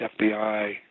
FBI